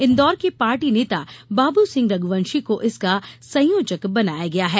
इंदौर के पार्टी नेता बाबूसिंह रघुवंशी को इसका संयोजक बनाया गया है